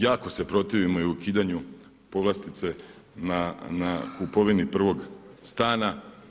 Jako se protivimo i ukidanju povlastice na kupovini prvog stana.